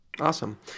Awesome